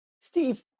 Steve